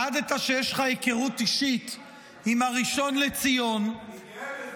מכיוון שהעדת שיש לך היכרות אישית עם הראשון לציון --- אני גאה בזה.